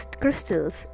crystals